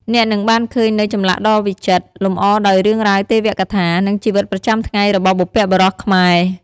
អ្នកនឹងបានឃើញនូវចម្លាក់ដ៏វិចិត្រ លម្អដោយរឿងរ៉ាវទេវកថា និងជីវិតប្រចាំថ្ងៃរបស់បុព្វបុរសខ្មែរ។